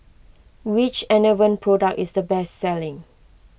which Enervon product is the best selling